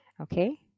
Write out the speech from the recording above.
okay